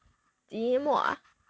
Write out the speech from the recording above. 即墨 ah